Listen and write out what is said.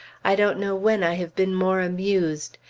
i don't know when i have been more amused.